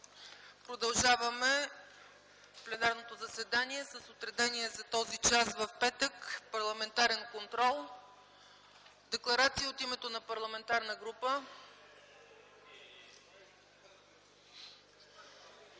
Продължаваме пленарното заседание с отредения за този час в петък парламентарен контрол. Декларация от името на парламентарна група.